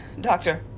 Doctor